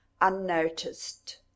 unnoticed